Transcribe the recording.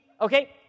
Okay